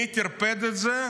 מי טרפד את זה?